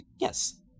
yes